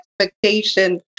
expectation